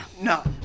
no